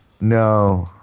No